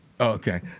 Okay